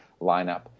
lineup